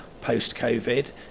post-Covid